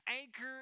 Anchor